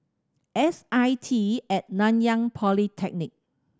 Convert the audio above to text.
S I T and Nanyang Polytechnic